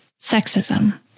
sexism